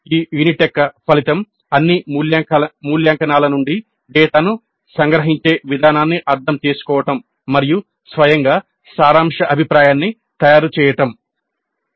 ఈ యూనిట్ యొక్క ఫలితం "అన్ని మూల్యాంకనాల నుండి డేటాను సంగ్రహించే విధానాన్ని అర్థం చేసుకోవడం మరియు స్వయంగా సారాంశ అభిప్రాయాన్ని తయారుచేయడం"